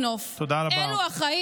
תודה רבה.